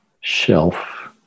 shelf